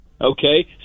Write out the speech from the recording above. Okay